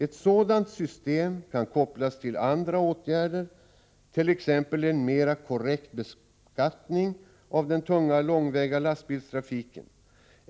Ett sådant system kan kopplas till andra åtgärder, t.ex. en mera korrekt beskattning av den tunga långväga lastbilstrafiken.